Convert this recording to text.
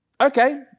okay